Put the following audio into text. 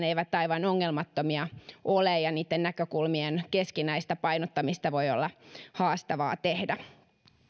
eivät aivan ongelmattomia ole ja niitten näkökulmien keskinäistä painottamista voi olla haastavaa tehdä